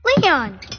Leon